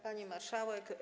Pani Marszałek!